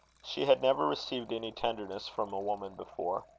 she had never received any tenderness from a woman before.